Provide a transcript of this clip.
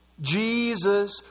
Jesus